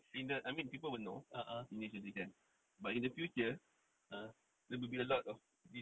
in the I mean people will know initially kan but in the future there will be a lot of